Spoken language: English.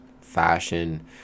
fashion